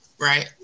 right